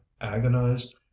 agonized